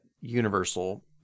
Universal